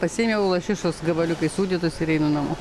pasiėmiau lašišos gabaliukai sūdytos ir einu namo